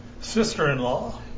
sister-in-law